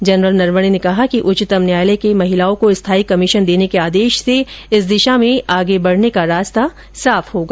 general Naravane ने कहा कि उच्चतम न्यायालय के महिलाओं को स्थायी कमीशन देने के आदेश से इस दिशा में आगे बढ़ने का रास्ता साफ होगा